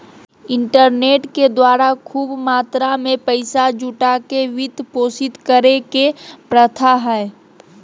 internet के द्वारा खूब मात्रा में पैसा जुटा के वित्त पोषित करे के प्रथा हइ